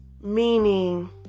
Meaning